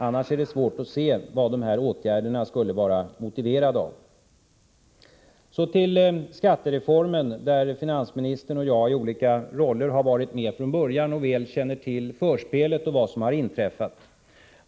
Det är svårt att se vad dessa åtgärder annars skulle vara motiverade av. Så till skattereformen, där finansministern och jag i olika roller har varit med från början och väl känner till förspelet och vad som har inträffat.